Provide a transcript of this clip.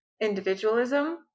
individualism